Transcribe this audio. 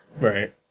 Right